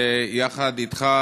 יחד אתך,